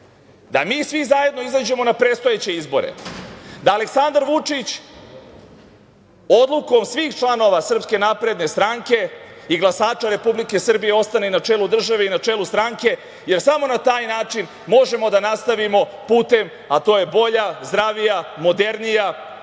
da mi svi zajedno izađemo na predstojeće izbore, da Aleksandar Vučić odlukom svih članova Srpske napredne stranke i glasača Republike Srbije ostane na čelu države i na čelu stranke, jer samo na taj način možemo da nastavimo putem, a to je bolja, zdravija, modernija